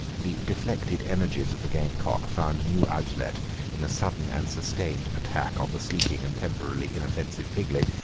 the deflected energies of the gamecock found new outlet in a sudden and sustained attack on the sleeping and temporarily inoffensive pigling,